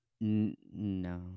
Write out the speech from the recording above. No